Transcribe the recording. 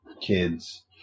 kids